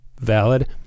valid